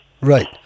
Right